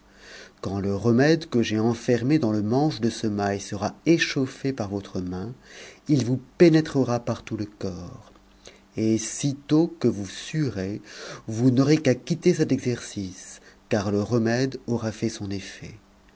quand le remède que j'ai enfermé dans le manche de ce mail sera échauffé par votre main il vous pénétrera par tout le corps et sitôt que vous suerez vous n'aurez qu'à quitter cet exercice car le remède aura fait son effet